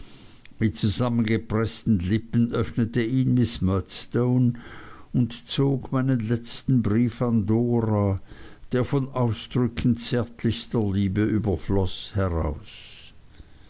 mit zusammengepreßten lippen öffnete ihn miß murdstone und zog meinen letzten brief an dora der von ausdrücken zärtlichster liebe überfloß heraus